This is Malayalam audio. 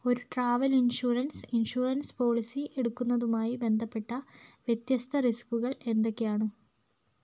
ഒരു ട്രാവൽ ഇൻഷുറൻസ് ഇൻഷുറൻസ് പോളിസി എടുക്കുന്നതുമായി ബന്ധപ്പെട്ട വ്യത്യസ്ത റിസ്കുകൾ എന്തൊക്കെയാണ്